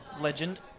Legend